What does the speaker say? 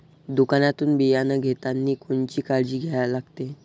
दुकानातून बियानं घेतानी कोनची काळजी घ्या लागते?